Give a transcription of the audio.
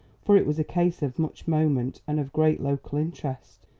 for it was a case of much moment, and of great local interest.